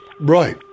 Right